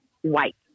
white